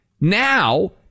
Now